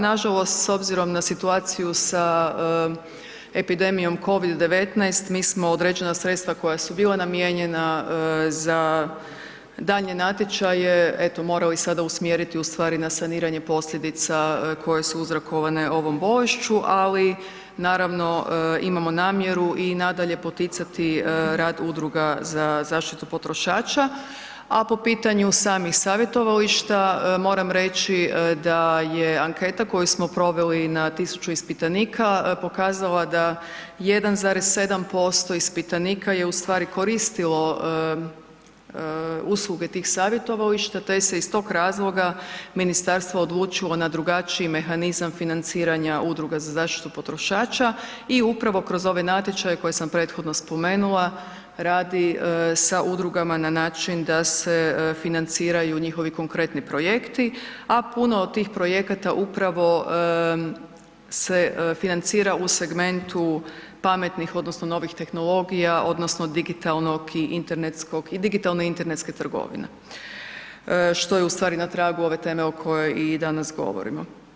Nažalost, s obzirom na situaciju sa epidemijom COVID-19, mi smo određena sredstva koja su bila namijenjena za daljnje natječaje, eto, morali sada usmjeriti ustvari na saniranje posljedica koje su uzrokovane ovom bolešću, ali naravno, imamo namjeru i nadalje poticati rad udruga za zaštitu potrošača, a po pitanju samih savjetovališta, moram reći da je anketa koju smo proveli na 1000 ispitanika pokazala da, 1,7% ispitanika je ustvari koristilo usluge tih savjetovališta te se iz tog razloga ministarstvo odlučilo na drugačiji mehanizam financiranja udruga za zaštitu potrošača i upravo kroz ove natječaje koje sam prethodno spomenula, radi sa udrugama na način da se financiraju njihovi konkretni projekti, a puno od tih projekata upravo se financira u segmentu pametnih odnosno novih tehnologija odnosno digitalnog i internetskog, i digitalne i internetske trgovine, što je ustvari na tragu ove teme o kojoj i danas govorimo.